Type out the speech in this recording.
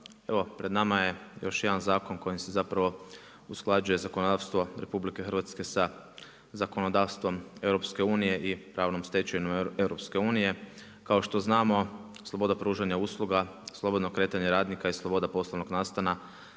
Evo pred nama je još jedan zakon kojim se zapravo usklađuje zakonodavstvo RH sa zakonodavstvom Eu i pravnom stečevinom EU. Kao što znamo sloboda pružanja usluga, slobodno kretanje radnika i sloboda poslovnog nastana